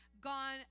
gone